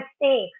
mistakes